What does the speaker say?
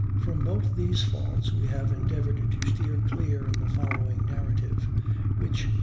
from both these faults we have endeavored to steer clear in the following narrative which,